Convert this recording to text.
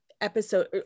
episode